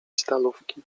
stalówki